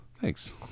thanks